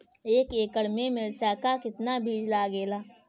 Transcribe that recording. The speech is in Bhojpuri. एक एकड़ में मिर्चा का कितना बीज लागेला?